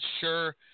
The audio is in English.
sure